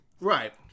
right